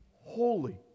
holy